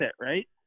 right